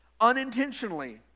unintentionally